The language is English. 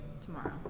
tomorrow